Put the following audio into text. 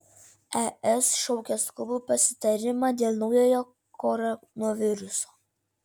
es šaukia skubų pasitarimą dėl naujojo koronaviruso